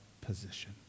position